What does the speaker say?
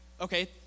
okay